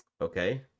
Okay